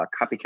Copycat